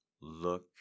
Look